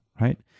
right